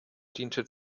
diente